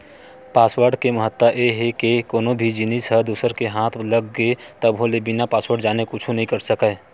password के महत्ता ए हे के कोनो भी जिनिस ह दूसर के हाथ लग गे तभो ले बिना पासवर्ड जाने कुछु नइ कर सकय